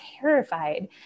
terrified